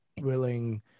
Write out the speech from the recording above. willing